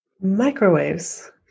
Microwaves